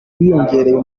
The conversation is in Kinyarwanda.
biyongera